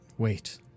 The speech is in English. Wait